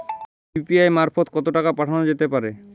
UPI মারফত কত টাকা পাঠানো যেতে পারে?